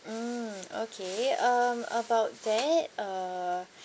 mm okay um about that uh